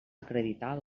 acreditar